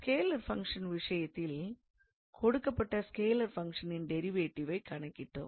scalar function விஷயத்தில் கொடுக்கப்பட்ட scalar ஃபங்க்ஷனின் டிரைவேட்டிவைக் கணக்கிட்டோம்